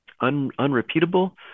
Unrepeatable